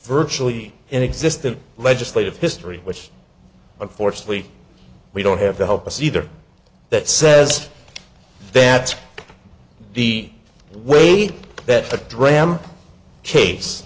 virtually inexistent legislative history which unfortunately we don't have to help us either that says that the weight that the dram case